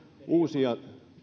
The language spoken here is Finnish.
uusia